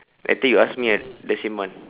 later you ask me a the same one